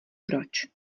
proč